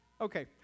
Okay